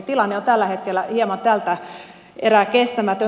tilanne on tällä hetkellä hieman tältä erää kestämätön